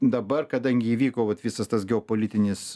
dabar kadangi įvyko vat visas tas geopolitinis